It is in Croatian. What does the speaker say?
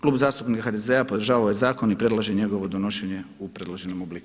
Klub zastupnika HDZ-a podržava ovaj zakon i predlaže njegovo donošenje u predloženom obliku.